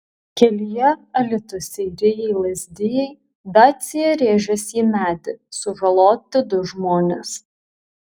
kelyje alytus seirijai lazdijai dacia rėžėsi į medį sužaloti du žmonės